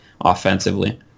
offensively